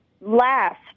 last